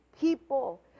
people